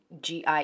GI